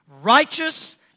righteous